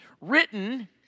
written